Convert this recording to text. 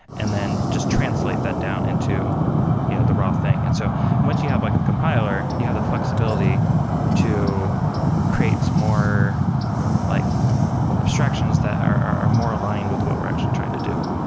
and then just translate that down into you know the raw thing. and so once you have like compiler, you have the flexibility to create more like abstractions that are are more aligned with what we're actually trying to do.